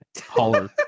Holler